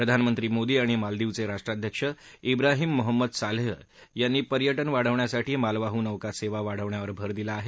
प्रधानमंत्री मोदी आणि मालदीवचे राष्ट्राध्यक्ष ब्राहिम मोहम्मद सालेह यांनी पर्यटन वाढविण्यासाठी मालवाहू नौका सेवा वाढविण्यावर भर दिला आहे